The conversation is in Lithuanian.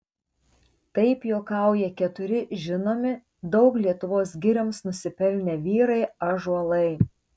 taip juokauja keturi žinomi daug lietuvos girioms nusipelnę vyrai ąžuolai